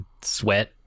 sweat